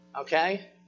Okay